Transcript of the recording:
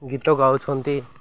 ଗୀତ ଗାଉଛନ୍ତି